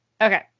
okay